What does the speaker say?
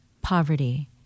poverty